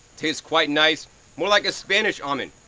tastes quite nice more like a spanish almond.